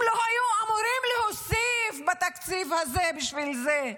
הם לא היו אמורים להוסיף בתקציב הזה בשביל זה.